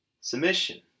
submission